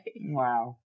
wow